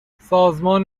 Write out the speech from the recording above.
سازمان